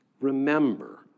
remember